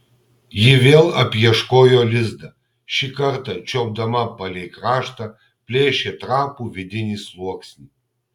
ji vėl apieškojo lizdą šį kartą čiuopdama palei kraštą plėšė trapų vidinį sluoksnį